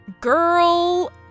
Girl